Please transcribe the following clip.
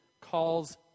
calls